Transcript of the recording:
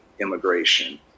immigration